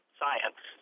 science